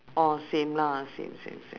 orh same lah same same same